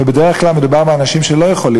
ובדרך כלל מדובר באנשים שלא יכולים.